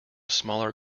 smaller